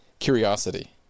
curiosity